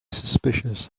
suspicious